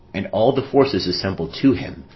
and all the forces assembled to him,